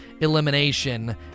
Elimination